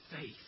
faith